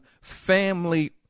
family